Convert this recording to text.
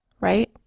right